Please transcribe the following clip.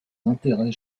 intérêts